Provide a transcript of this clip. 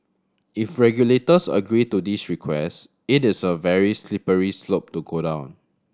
if regulators agree to this request it is a very slippery slope to go down